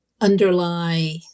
underlie